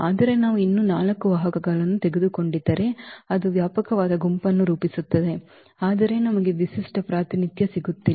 ಆದರೆ ನಾವು ಇನ್ನೂ 4 ವಾಹಕಗಳನ್ನು ತೆಗೆದುಕೊಂಡಿದ್ದರೆ ಅದು ವ್ಯಾಪಕವಾದ ಗುಂಪನ್ನು ರೂಪಿಸುತ್ತಿದೆ ಆದರೆ ನಮಗೆ ವಿಶಿಷ್ಟ ಪ್ರಾತಿನಿಧ್ಯ ಸಿಗುತ್ತಿಲ್ಲ